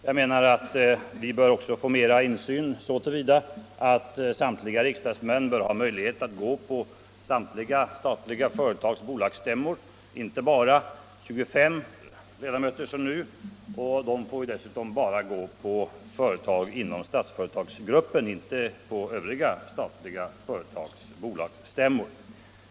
Jag anser också att samtliga riksdagsmän bör ha möjlighet att närvara vid samtliga statliga företags bolagsstämmor. Nu får 18 ledamöter närvara vid Statsföretag AB:s bolagsstämmor, däremot inte vid de övriga statliga företagens bolagsstämmor.